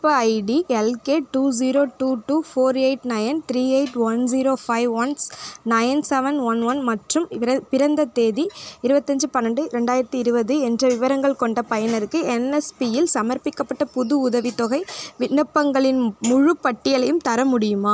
ப ID L K two zero two two four eight nine three eight one zero five one nine seven one one மற்றும் பிறந் பிறந்த தேதி இருபத்தஞ்சி பன்னெரெண்டு ரெண்டாயிரத்தி இருபது என்ற விவரங்கள் கொண்ட பயனருக்கு என்எஸ்பியில் சமர்ப்பிக்கப்பட்ட புது உதவித்தொகை விண்ணப்பங்களின் முழுப் பட்டியலையும் தர முடியுமா